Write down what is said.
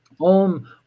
om